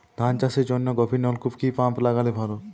ধান চাষের জন্য গভিরনলকুপ কি পাম্প লাগালে ভালো?